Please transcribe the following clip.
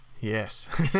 Yes